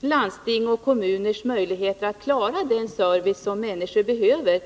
landstingens och kommunernas möjligheter att klara den service som människor behöver.